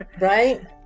right